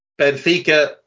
Benfica